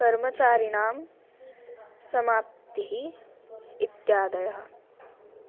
कर्मचारिणां समाप्तिः इत्यादयः